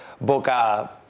Boca